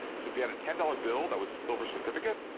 so if you had a ten dollars bill that was a silver certificate,